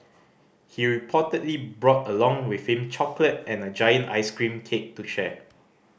he reportedly brought along with him chocolate and a giant ice cream cake to share